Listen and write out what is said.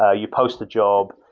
ah you post a job,